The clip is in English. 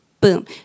Boom